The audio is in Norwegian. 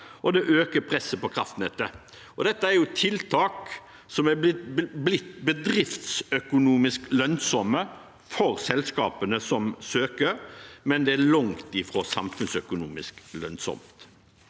og det øker presset på kraftnettet. Dette er tiltak som er blitt bedriftsøkonomisk lønnsomme for selskapene som søker, men det er langt ifra samfunnsøkonomisk lønnsomt.